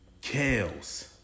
Kales